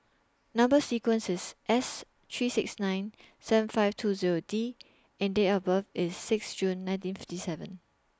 Number sequence IS S three six nine seven five two Zero D and Date of birth IS six June nineteen fifty seven